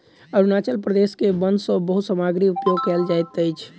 अरुणाचल प्रदेश के वन सॅ बहुत सामग्री उपयोग कयल जाइत अछि